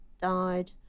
died